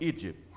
Egypt